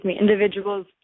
individuals